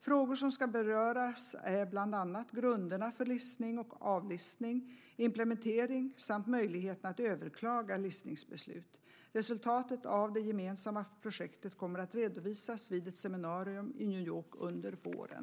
Frågor som ska beröras är bland annat grunderna för listning och avlistning, implementering samt möjligheterna att överklaga listningsbeslut. Resultatet av det gemensamma projektet kommer att redovisas vid ett seminarium i New York under våren.